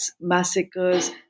massacres